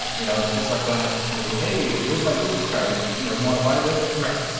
you know. it's just like going up to somebody. hey, here's my business card. if you you know, you want to buy this? right.